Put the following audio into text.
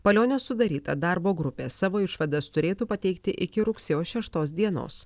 palionio sudaryta darbo grupė savo išvadas turėtų pateikti iki rugsėjo šeštos dienos